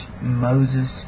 Moses